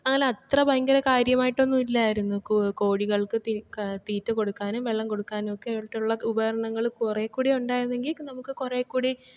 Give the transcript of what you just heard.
എന്നാൽ അത്ര ഭയങ്കര കാര്യമായിട്ടൊന്നുമില്ലായിരുന്നു കോ കോഴികൾക്ക് തീക്ക തീറ്റ കൊടുക്കാനും വെള്ളം കൊടുക്കാം നോക്കായിട്ടുള്ള ഉപകരണങ്ങൾ കുറേ കൂടി ഉണ്ടായിരുന്നെങ്കിൽ നമുക്ക് കുറേ കൂടി